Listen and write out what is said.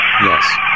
Yes